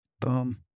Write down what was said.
Boom